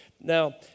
Now